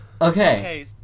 Okay